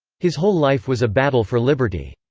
his whole life was a battle for liberty.